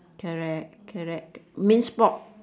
correct correct minced pork